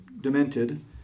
demented